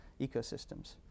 ecosystems